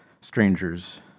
strangers